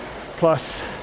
plus